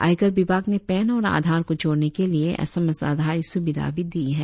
आयकर विभाग ने पेन और आधार को जोड़ने के लिए एस एम एस आधारित सुविधा भी दी है